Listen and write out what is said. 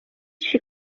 she